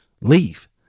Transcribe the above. leave